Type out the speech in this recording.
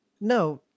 no